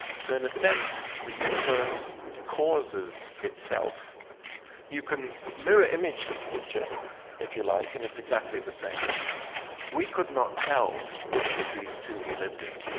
so in a sense the universe causes itself you can mirror image this picture if you like and it's exactly the same we could not tell which of these two we lived in